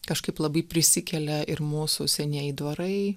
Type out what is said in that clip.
kažkaip labai prisikelia ir mūsų senieji dvarai